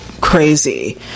crazy